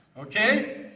Okay